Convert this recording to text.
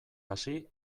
hasi